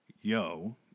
yo